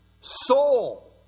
soul